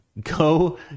Go